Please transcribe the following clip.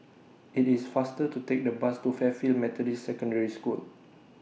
IT IS faster to Take The Bus to Fairfield Methodist Secondary School